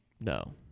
No